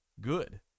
good